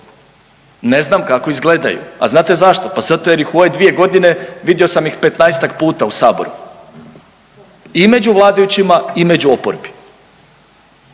ne znam kako izgledaju, a znate zašto? Pa zato jer ih u ove 2.g. vidio sam ih 15-tak puta u saboru i među vladajućima i među oporbi,